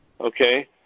okay